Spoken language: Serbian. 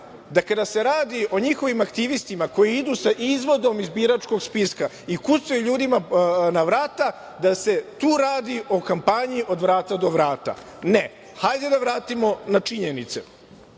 da kada se radi o njihovim aktivistima koji idu sa izvodom iz biračkog spiska i kucaju ljudima na vrata, da se tu radi o kampanji od vrata do vrata. Ne, hajde da vratimo na činjenice. Kada